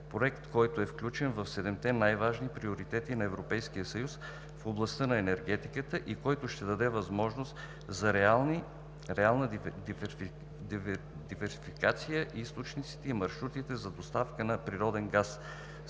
проект, който е включен в седемте най-важни приоритета на Европейския съюз в областта на енергетиката, и който ще даде възможност за реална диверсификация източниците и маршрути за доставка на природен газ.